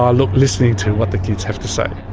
ah look, listening to what the kids have to say.